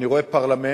אני רואה את הפרלמנט